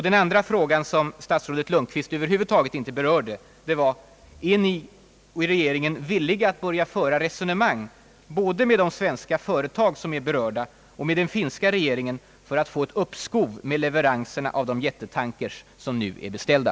Den andra frågan, som statsrådet Lundkvist över huvud taget inte berörde, var: är statsrådet och regeringen villiga att börja föra resonemang både med de svenska företag som berörs och med finska regeringen för att få uppskov med leveranserna av de jättetankers som nu är beställda?